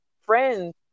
Friends